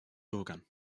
bürgern